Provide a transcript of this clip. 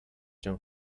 cię